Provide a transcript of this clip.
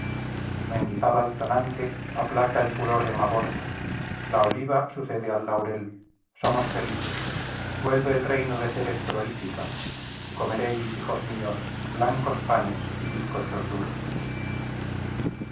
mendizábal tonante aplaca el furor de mavorte la oliva sucede al laurel somos felices vuelve el reino de ceres prolífica comeréis hijos míos blancos panes y bizcochos duros